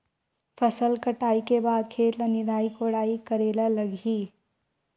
फसल कटाई के बाद खेत ल निंदाई कोडाई करेला लगही?